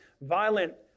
violent